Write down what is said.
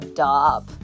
Stop